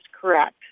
correct